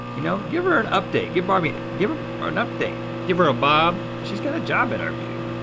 you know, give her an update. give barbie, and give her an update. give her a bob. she's got a job interview.